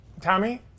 tommy